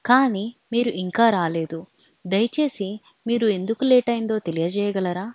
కానీ మీరు ఇంకా రాలేదు దయచేసి మీరు ఎందుకు లేట్ అయిందో తెలియజేయగలరా